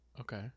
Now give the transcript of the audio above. Okay